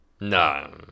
No